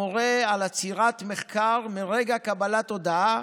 המורה על עצירת מחקר מרגע קבלת הודעה